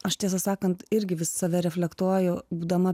aš tiesą sakant irgi vis save reflektuoju būdama